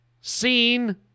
seen